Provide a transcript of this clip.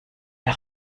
der